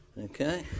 Okay